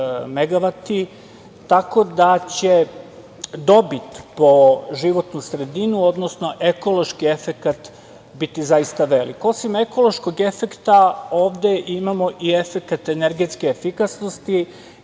megavati, tako da će dobit po životnu sredinu, odnosno ekološki efekata biti zaista veliki. Osim ekološkog efekta ovde imamo i efekat energetske efikasnosti,